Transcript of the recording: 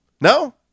No